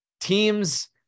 teams